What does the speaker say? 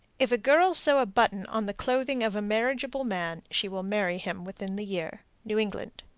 if a girl sew a button on the clothing of a marriageable man, she will marry him within the year. new england.